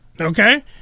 okay